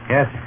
Yes